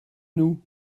nous